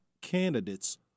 candidates